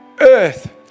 earth